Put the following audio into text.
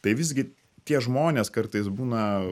tai visgi tie žmonės kartais būna